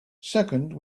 second